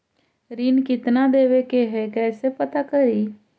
ऋण कितना देवे के है कैसे पता करी?